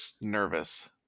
nervous